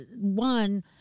one